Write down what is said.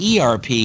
ERP